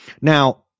Now